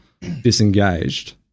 disengaged